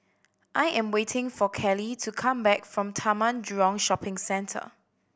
I am waiting for Cali to come back from Taman Jurong Shopping Centre